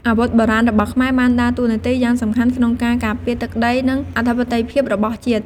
អាវុធបុរាណរបស់ខ្មែរបានដើរតួនាទីយ៉ាងសំខាន់ក្នុងការការពារទឹកដី និងអធិបតេយ្យភាពរបស់ជាតិ។